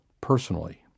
personally